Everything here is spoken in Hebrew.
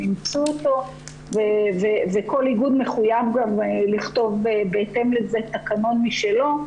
אימצו אותו וכל איגוד מחויב גם לכתוב בהתאם לזה תקנון משלו,